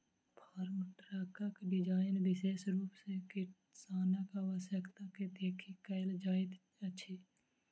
farm ट्रकक design विशेष रूप सॅ किसानक आवश्यकता के देखि कयल जाइत अछि